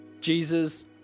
Jesus